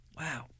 Wow